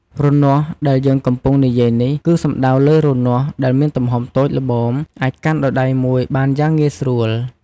រនាស់ដែលយើងកំពុងនិយាយនេះ គឺសំដៅលើរនាស់ដែលមានទំហំតូចល្មមអាចកាន់ដោយដៃមួយបានយ៉ាងងាយស្រួល។